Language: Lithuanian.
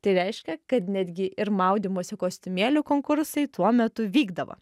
tai reiškia kad netgi ir maudymosi kostiumėlių konkursai tuo metu vykdavo